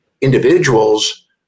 individuals